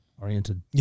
oriented